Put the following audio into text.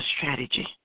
strategy